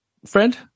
Friend